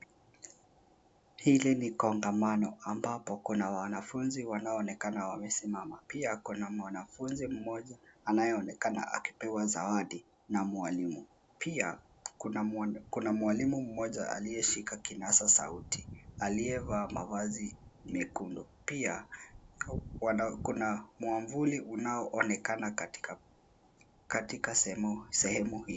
Hili ni kongamano ambapo kuna wanafunzi wanaoonekana wamesimama. Pia kuna mwanafunzi mmoja anayeonekana akipewa zawadi na mwalimu. Pia kuna mwalimu mmoja aliyeshika kinasa sauti aliyevaa mavazi mekundu. Pia kuna mwavuli unaoonekana katika sehemu hii.